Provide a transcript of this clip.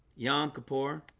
yom kippur